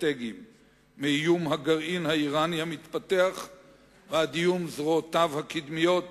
מאיום הגרעין האירני המתפתח ועד איום זרועותיו הקדמיות